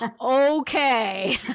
okay